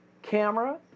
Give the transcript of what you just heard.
Camera